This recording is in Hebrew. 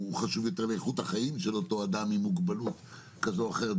הוא חשוב יותר לאיכות החיים של אותו אדם עם מוגבלות כזו או אחרת.